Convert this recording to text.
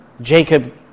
Jacob